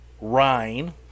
Rhine